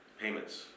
payments